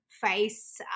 face